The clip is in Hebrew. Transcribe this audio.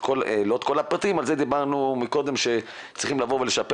לא את כל הפרטים על כך דיברנו קודם שצריכים לבוא ולשפר